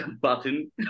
button